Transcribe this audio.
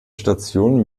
stationen